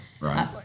right